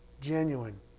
genuine